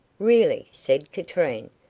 really, said katrine,